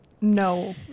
No